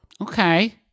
Okay